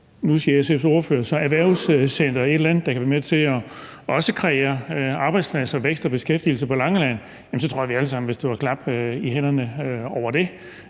nu siger SF's ordfører erhvervscenter eller et eller andet, der kan være med til også at kreere arbejdspladser, vækst og beskæftigelse på Langeland, så tror jeg, vi alle sammen vil stå og klappe i hænderne over det,